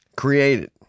created